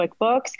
QuickBooks